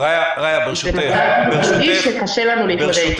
זה דבר שקשה לנו להתמודד איתו.